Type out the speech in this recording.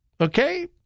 Okay